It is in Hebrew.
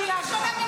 שנייה.